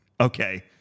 Okay